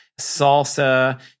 salsa